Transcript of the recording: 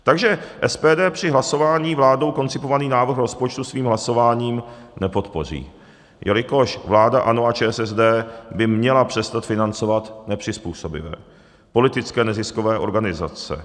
Takže SPD při hlasování vládou koncipovaný návrh rozpočtu svým hlasováním nepodpoří, jelikož vláda ANO a ČSSD by měla přestat financovat nepřizpůsobivé, politické neziskové organizace.